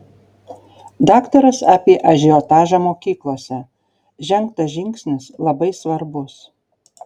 daktaras apie ažiotažą mokyklose žengtas žingsnis labai svarbus